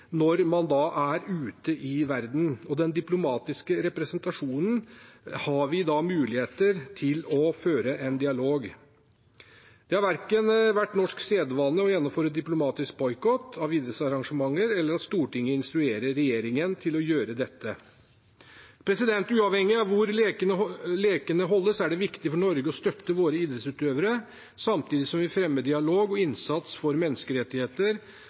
når man er ute i verden, og i den diplomatiske representasjonen har vi muligheter til å føre en dialog. Det har ikke vært norsk sedvane verken å gjennomføre diplomatisk boikott av idrettsarrangementer eller at Stortinget instruerer regjeringen om å gjøre dette. Uavhengig av hvor lekene holdes, er det viktig for Norge å støtte våre idrettsutøvere, samtidig som vi fremmer dialog og innsats for menneskerettigheter,